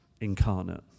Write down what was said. incarnate